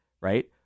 right